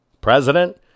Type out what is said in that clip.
president